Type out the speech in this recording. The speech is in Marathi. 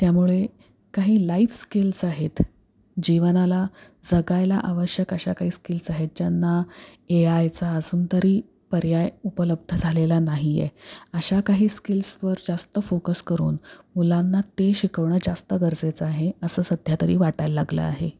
त्यामुळे काही लाईफ स्किल्स आहेत जीवनाला जगायला आवश्यक अशा काही स्किल्स आहेत ज्यांना एआयचा अजून तरी पर्याय उपलब्ध झालेला नाही आहे अशा काही स्किल्सवर जास्त फोकस करून मुलांना ते शिकवणं जास्त गरजेचं आहे असं सध्या तरी वाटायला लागलं आहे